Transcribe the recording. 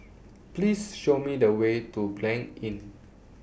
Please Show Me The Way to Blanc Inn